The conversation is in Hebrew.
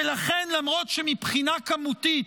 ולכן, למרות שמבחינה כמותית